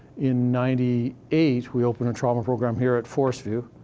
in ninety eight, we opened a trauma program here at forest view,